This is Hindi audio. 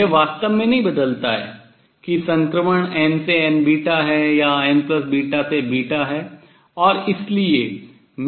यह वास्तव में नहीं बदलता है कि संक्रमण n से nβ है या nβ से β है